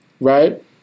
right